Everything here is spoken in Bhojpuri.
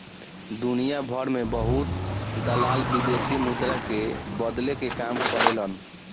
दुनियाभर में बहुत दलाल विदेशी मुद्रा के बदले के काम करेलन